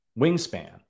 wingspan